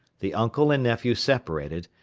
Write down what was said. the uncle and nephew separated,